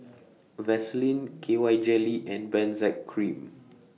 Vaselin K Y Jelly and Benzac Cream